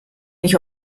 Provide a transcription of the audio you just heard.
nicht